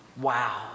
Wow